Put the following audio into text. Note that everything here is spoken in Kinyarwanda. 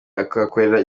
ahakorera